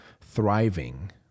thriving